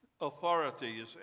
authorities